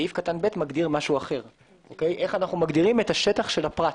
סעיף קטן (ב) מגדיר איך אנחנו מגדירים את השטח של הפרט.